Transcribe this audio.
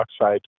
oxide